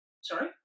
Sorry